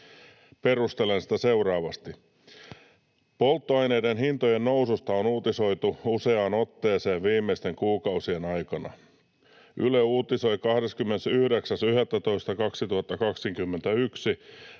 Perustelen sitä seuraavasti: Polttoaineiden hintojen noususta on uutisoitu useaan otteeseen viimeisten kuukausien aikana. Yle uutisoi 29.11.2021,